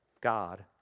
God